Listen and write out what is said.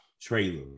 trailer